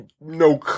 No